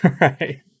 Right